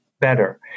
better